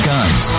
Guns